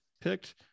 picked